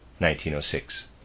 1906